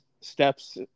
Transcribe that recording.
steps